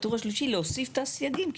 בטור השלישי להוסיף את הסייגים,